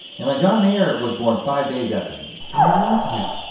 and like john mayer was born five days after me. i love him.